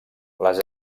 les